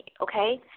okay